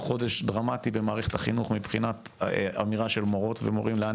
זה חודש דרמטי במערכת החינוך מבחינת אמירה של מורות ומורים לאן